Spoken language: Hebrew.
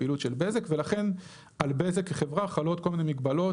הפעילות של בזק ולכן על בזק כחברה חלות כל מיני מגבלות,